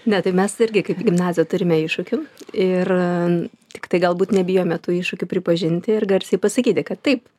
ne tai mes irgi kaip gimnazija turime iššūkių ir tiktai galbūt nebijome tų iššūkių pripažinti ir garsiai pasakyti kad taip